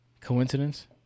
Coincidence